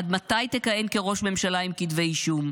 עד מתי תכהן כראש ממשלה עם כתבי אישום?